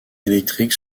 électrique